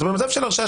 כשאתה במצב של הרשעה,